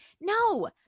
No